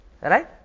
Right